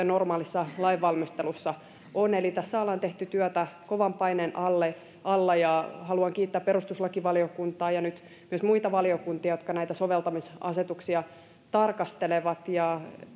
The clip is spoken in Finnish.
normaalissa lainvalmistelussa eli tässä ollaan tehty työtä kovan paineen alla haluan kiittää perustuslakivaliokuntaa ja myös muita valiokuntia jotka näitä soveltamisasetuksia tarkastelevat ja